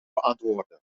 beantwoorden